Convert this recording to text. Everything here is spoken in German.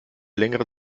längere